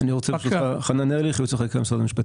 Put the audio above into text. שלא יעלה על 46 מיליון שקלים חדשים בשנה.